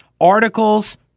articles